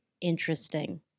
Interesting